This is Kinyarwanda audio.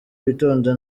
witonda